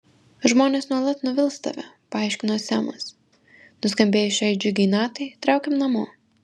žmonės nuolat nuvils tave paaiškino semas nuskambėjus šiai džiugiai natai traukiam namo